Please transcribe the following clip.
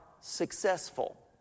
successful